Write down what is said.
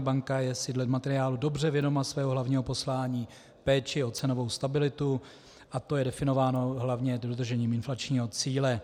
ČNB je si dle materiálu dobře vědoma svého hlavního poslání, péče o cenovou stabilitu, a to je definováno hlavně dodržením inflačního cíle.